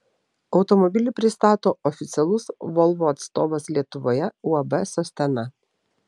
automobilį pristato oficialus volvo atstovas lietuvoje uab sostena